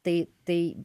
tai tai